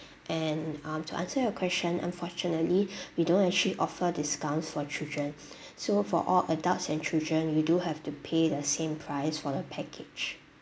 and um to answer your question unfortunately we don't actually offer discounts for children so for all adults and children you do have to pay the same price for the package